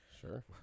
Sure